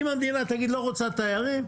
אם המדינה תגיד לא רוצה תיירים,